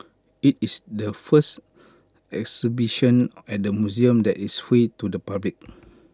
IT is the first exhibition at the museum that is free to the public